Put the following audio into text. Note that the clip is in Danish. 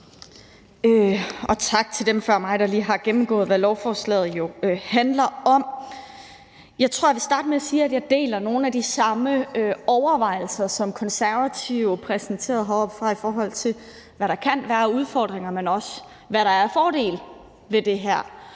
og tak til dem, der før mig lige har gennemgået, hvad lovforslaget jo handler om. Jeg tror, jeg vil starte med at sige, at jeg deler nogle af de samme overvejelser, som Konservative præsenterede heroppefra, i forhold til hvad der kan være af udfordringer, men også hvad der er af fordele ved det her